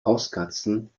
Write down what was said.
hauskatzen